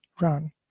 run